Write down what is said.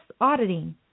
auditing